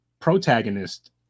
protagonist